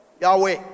Yahweh